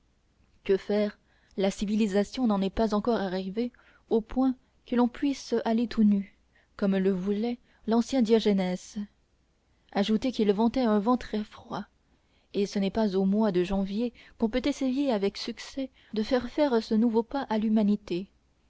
que faire la civilisation n'en est pas encore arrivée au point que l'on puisse aller tout nu comme le voulait l'ancien diogénès ajoutez qu'il ventait un vent très froid et ce n'est pas au mois de janvier qu'on peut essayer avec succès de faire faire ce nouveau pas à l'humanité